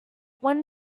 when